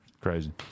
Crazy